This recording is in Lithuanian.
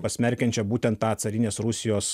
pasmerkiančią būtent tą carinės rusijos